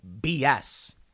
BS